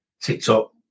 TikTok